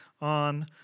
on